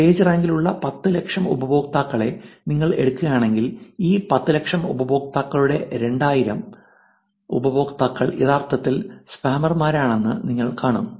page റാങ്കിലുള്ള 10 ലക്ഷം ഉപയോക്താക്കളെ നിങ്ങൾ എടുക്കുകയാണെങ്കിൽ ഈ 10 ലക്ഷം ഉപയോക്താക്കളുടെ രണ്ടായിരം ഉപയോക്താക്കൾ യഥാർത്ഥത്തിൽ സ്പാമർമാരാണെന്ന് നിങ്ങൾ കാണും